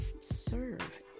serve